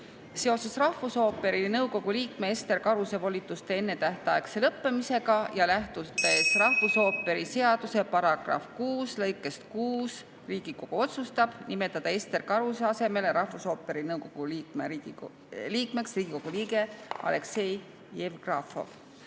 Seoses rahvusooperi nõukogu liikme Ester Karuse volituste ennetähtaegse lõppemisega ja lähtudes rahvusooperi seaduse § 6 lõikest 6, otsustab Riigikogu nimetada Ester Karuse asemel rahvusooperi nõukogu liikmeks Riigikogu liikme Aleksei Jevgrafovi.